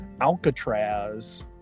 Alcatraz